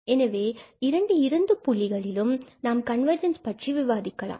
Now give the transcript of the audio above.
எனவே இரண்டு இறுதி புள்ளிகளிலும் நாம் கன்வர்ஜென்ஸ் பற்றி விவாதிக்கலாம்